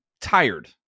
tired